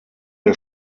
der